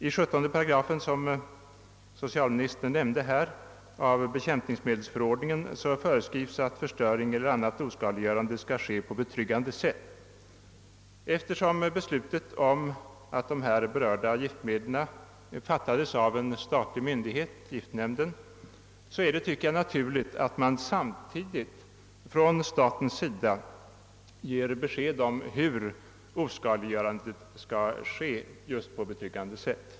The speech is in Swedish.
I 17 § av bekämpningsmedelsförordningen, som socialministern nämnde i sitt svar, föreskrivs att förstöring eller annat oskadliggörande »skall ske på betryggande sätt». Efter som beslut om här ifrågavarande giftmedel fattats av statlig myndighet, giftnämnden, borde man från statens sida samtidigt ha givit besked om hur oskadliggörandet skall gå till för att det skall anses ske på betryggande sätt.